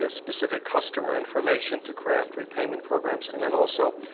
ah specific customer information to craft repayment programs? and then, also,